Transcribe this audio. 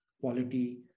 quality